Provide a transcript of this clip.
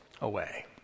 away